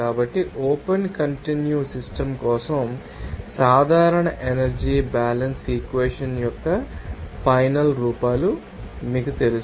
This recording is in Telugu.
కాబట్టిఓపెన్ కంటిన్యూ సిస్టమ్ కోసం సాధారణ ఎనర్జీ బ్యాలన్స్ ఈక్వెషన్ యొక్క ఫైనల్ రూపాలు మీకు తెలుసు